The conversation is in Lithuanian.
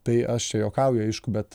tai aš čia juokauju aišku bet